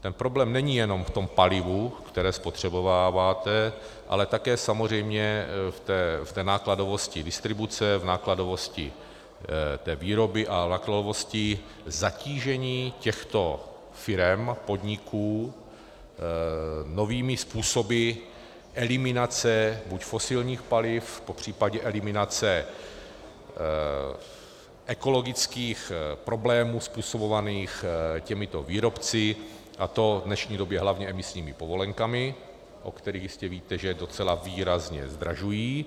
Ten problém není jen v palivu, které spotřebováváte, ale také samozřejmě v nákladovosti distribuce, v nákladovosti výroby a v nákladovosti zatížení těchto firem, podniků novými způsoby eliminace buď fosilních paliv, popřípadě eliminace ekologických problémů způsobovaných těmito výrobci, a to v dnešní době hlavně emisními povolenkami, o kterých jistě víte, že je docela výrazně zdražují,